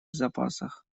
запасах